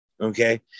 Okay